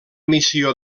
missió